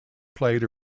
played